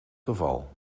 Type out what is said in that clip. geval